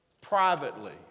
privately